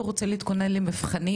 הוא רוצה להתכונן למבחנים